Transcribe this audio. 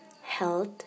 health